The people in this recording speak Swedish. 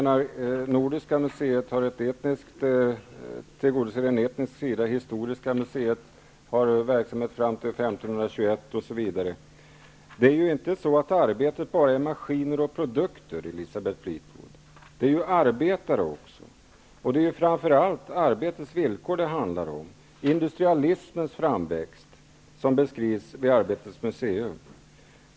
Nordiska museet tillgodoser ett etniskt behov, Historiska museet dokumenterar verksamhet fram till 1521, osv. Arbetet är ju inte bara maskiner och produkter, Elisabeth Fleetwood. Det är ju arbetare också, och det är framför allt arbetets villkor det handlar om. Industrialismens framväxt beskrivs vid Arbetets museum.